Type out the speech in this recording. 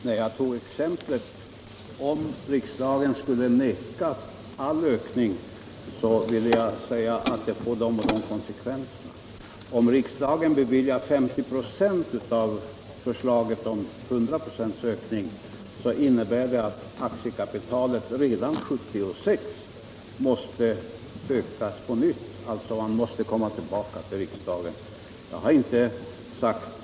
Herr talman! När jag som exempel sade: Om riksdagen skulle vägra all ökning av aktiekapitalet, ville jag visa att detta får de och de konsekvenserna. Om riksdagen beviljar 50 96 av förslaget om 100 96 ökning, innebär det att aktiekapitalet redan 1976 måste ökas på nytt. Man måste alltså komma tillbaka till riksdagen med en begäran om detta.